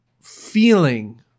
feeling